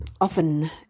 often